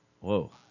whoa